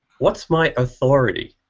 what's my authority?